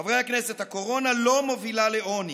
חברי הכנסת, הקורונה לא מובילה לעוני,